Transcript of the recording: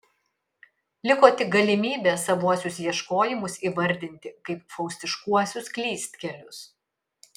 liko tik galimybė savuosius ieškojimus įvardyti kaip faustiškuosius klystkelius